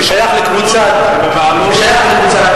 בבעלות, ששייך לקבוצת "איי.די.בי".